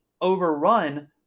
overrun